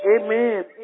Amen